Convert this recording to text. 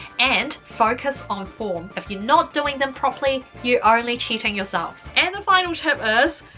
and focus on form. if you're not doing them properly, you're only cheating yourself. and the final tip is,